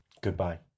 goodbye